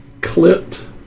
clipped